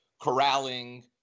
corralling